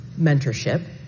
mentorship